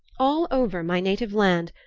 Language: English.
all over my native land,